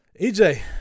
EJ